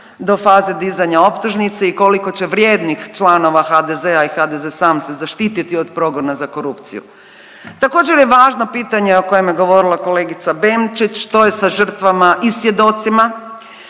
do faze dizanja optužnice i koliko će vrijednih članova HDZ-a i HDZ sam se zaštititi od progona za korupciju. Također je važno pitanje o kojem je govorila kolegica Benčić, što je sa žrtvama i svjedocima,